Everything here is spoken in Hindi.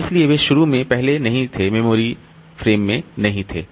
इसलिए वे शुरू में पहले नहीं थे वे मेमोरी फ्रेम में नहीं थे